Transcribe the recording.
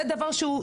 זה דבר שהוא,